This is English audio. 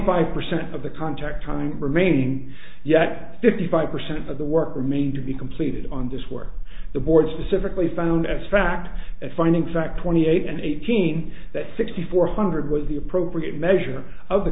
five percent of the contract time remaining yet fifty five percent of the work remains to be completed on this work the board specifically found as fact finding fact twenty eight and eighteen that sixty four hundred was the appropriate measure of the